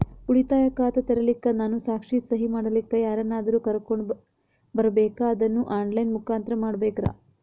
ಉಳಿತಾಯ ಖಾತ ತೆರಿಲಿಕ್ಕಾ ನಾನು ಸಾಕ್ಷಿ, ಸಹಿ ಮಾಡಲಿಕ್ಕ ಯಾರನ್ನಾದರೂ ಕರೋಕೊಂಡ್ ಬರಬೇಕಾ ಅದನ್ನು ಆನ್ ಲೈನ್ ಮುಖಾಂತ್ರ ಮಾಡಬೇಕ್ರಾ?